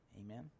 Amen